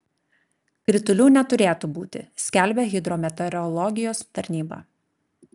kritulių neturėtų būti skelbia hidrometeorologijos tarnyba